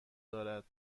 دارد